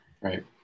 right